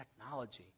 technology